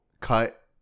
cut